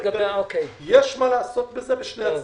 יש מה לעשות בזה בשני הצדדים.